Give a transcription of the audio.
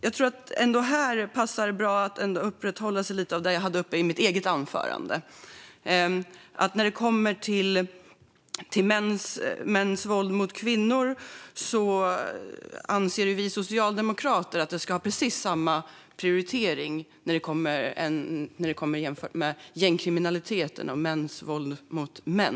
Jag tror att det passar bra att här uppehålla sig lite vid det jag tog upp i mitt eget anförande. När det gäller mäns våld mot kvinnor anser vi socialdemokrater att det ska ha precis samma prioritet som gängkriminaliteten och mäns våld mot män.